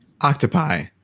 Octopi